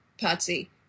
Patsy